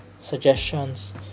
suggestions